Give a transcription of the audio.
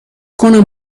کنم